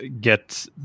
get